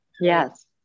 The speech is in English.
Yes